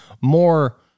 more